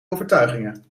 overtuigingen